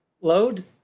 load